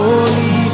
Holy